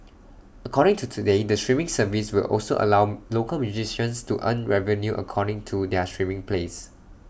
according to today the streaming service will also allow local musicians to earn revenue according to their streaming plays